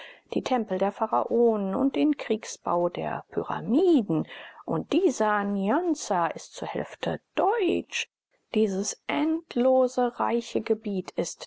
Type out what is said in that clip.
die tempel der pharaonen und den königsbau der pyramiden und dieser nyansa ist zur hälfte deutsch dieses endlose reiche gebiet ist